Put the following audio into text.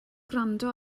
gwrando